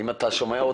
אצלנו לכאורה.